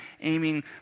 aiming